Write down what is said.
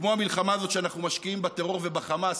כמו המלחמה הזאת שאנחנו משקיעים בטרור ובחמאס.